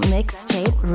Mixtape